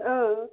ٲں